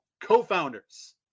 co-founders